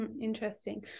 Interesting